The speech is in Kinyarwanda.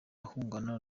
ahangana